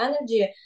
energy